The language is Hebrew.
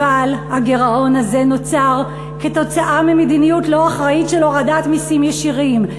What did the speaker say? אבל הגירעון הזה נוצר ממדיניות לא אחראית של הורדת מסים ישירים,